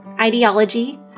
ideology